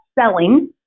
selling